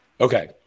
Okay